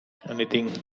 anything